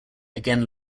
again